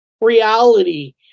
reality